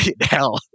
hell